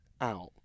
out